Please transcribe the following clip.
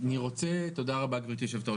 תודה רבה, גברתי היושבת-ראש.